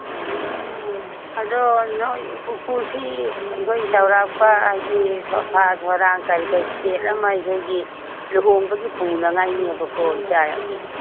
ꯑꯣ ꯑꯗꯣ ꯅꯣꯏ ꯎꯄꯨꯁꯤ ꯅꯣꯏ ꯆꯧꯔꯥꯛꯄ ꯍꯥꯏꯗꯤ ꯁꯣꯐꯥ ꯁꯣꯔꯥꯡ ꯀꯩꯀꯩ ꯁꯦꯠ ꯑꯃ ꯑꯩꯈꯣꯏꯒꯤ ꯂꯨꯍꯣꯡꯕꯒꯤ ꯄꯨꯅꯉꯥꯏꯅꯦꯕꯀꯣ ꯏꯆꯥꯒꯤ